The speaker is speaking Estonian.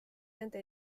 nende